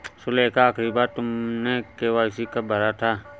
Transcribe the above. सुलेखा, आखिरी बार तुमने के.वाई.सी कब भरा था?